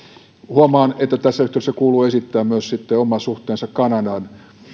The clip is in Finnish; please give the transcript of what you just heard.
huomaan että tässä yhteydessä kuuluu esittää myös oma suhteensa kanadaan